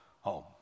home